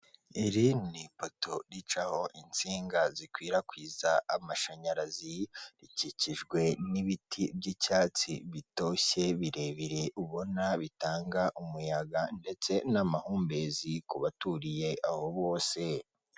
Iri ni ipoto ricaho insinga zikwirakwiza amashanyarazi rikikijwe n'ibiti by'icyatsi bitoshye birebire, ubona bitanga umuyaga ndetse n'amahumbezi ku baturiye aho bose.